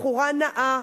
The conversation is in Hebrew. בחורה נאה,